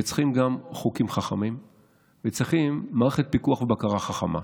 וצריכים גם חוקים חכמים ומערכת פיקוח ובקרה חכמה.